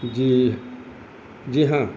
جی جی ہاں